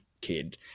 kid